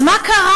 אז מה קרה?